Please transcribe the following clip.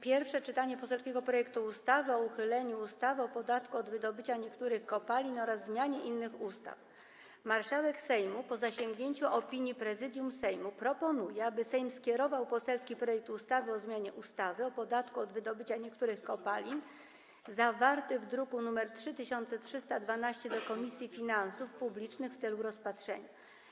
Pierwsze czytanie poselskiego projektu ustawy o zmianie ustawy o podatku od wydobycia niektórych kopalin. Marszałek Sejmu, po zasięgnięciu opinii Prezydium Sejmu, proponuje, aby Sejm skierował poselski projekt ustawy o zmianie ustawy o podatku od wydobycia niektórych kopalin, zawarty w druku nr 3312, do Komisji Finansów Publicznych w celu rozpatrzenia.